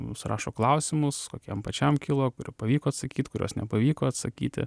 mums rašo klausimus kokie jam pačiam kilo kurie pavyko atsakyt kuriuos nepavyko atsakyti